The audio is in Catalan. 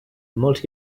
molts